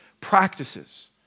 practices